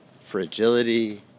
fragility